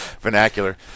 vernacular